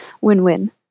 win-win